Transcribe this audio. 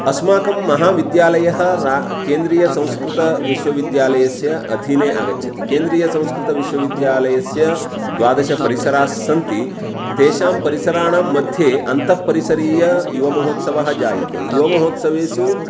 अस्माकं महाविद्यालयः रा केन्द्रीयसंस्कृतविश्वविद्यालयस्य अधीने आगच्छति केन्द्रीयसंस्कृतविश्वविद्यालयस्य द्वादशपरिसरास्सन्ति तेषां परिसराणां मध्ये अन्तःपरिसरीययुवमहोत्सवः जायते युवमहोत्सवेसु